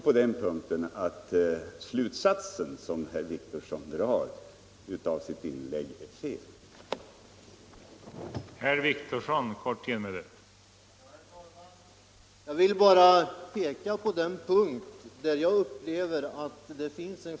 På den punkten tror jag därför att den slutsats som herr Wictorsson kom fram till i sitt inlägg var felaktig.